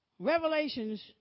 Revelations